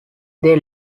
they